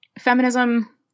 feminism